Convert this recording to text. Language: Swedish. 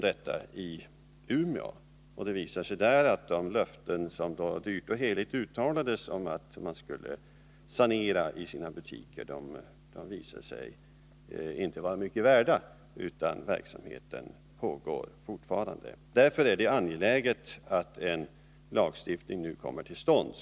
De löften som dyrt och heligt uttalats av verksamma inom branschen om att de skulle sanera i sina butiker visar sig inte vara mycket värda, utan verksamheten fortgår. Därför är det angeläget att en lagstiftning nu kommer tillstånd.